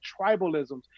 tribalisms